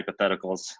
hypotheticals